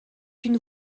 une